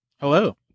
Hello